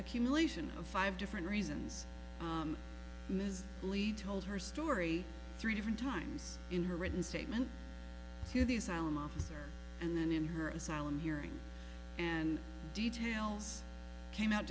accumulation of five different reasons ms lee told her story three different times in her written statement to the asylum officer and then in her asylum hearing and details came out